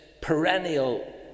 perennial